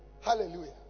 Hallelujah